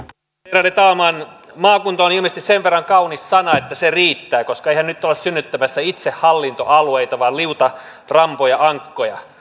värderade talman maakunta on ilmeisesti sen verran kaunis sana että se riittää koska eihän nyt olla synnyttämässä itsehallintoalueita vaan liuta rampoja ankkoja